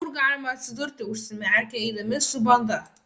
kur galime atsidurti užsimerkę eidami su banda